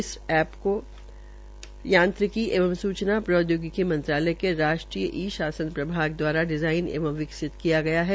इस ऐप्लीकेश्न को यांत्रिकी एंव सूचना प्रौदयोगिकी मंत्रालय के राष्ट्रीय ई शासन प्रभाग दवारा डिजाइन एवं विकसित किया गया है